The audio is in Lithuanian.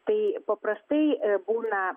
tai paprastai būna